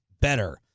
better